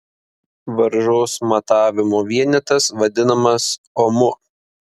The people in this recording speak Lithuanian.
varžos matavimo vienetas vadinamas omu